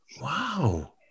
wow